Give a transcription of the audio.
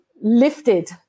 lifted